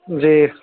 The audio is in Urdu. جی